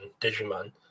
Digimon